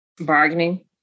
bargaining